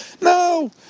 No